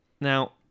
Now